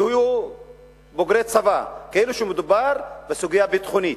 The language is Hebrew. יהיו בוגרי צבא, כאילו מדובר בסוגיה ביטחונית.